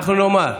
אנחנו נאמר.